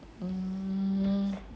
mm